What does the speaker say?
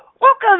Welcome